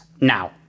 Now